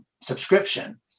subscription